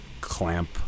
clamp